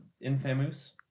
infamous